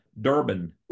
Durban